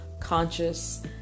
conscious